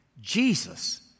Jesus